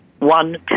one